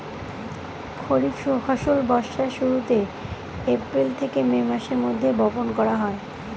খরিফ ফসল বর্ষার শুরুতে, এপ্রিল থেকে মে মাসের মধ্যে, বপন করা হয়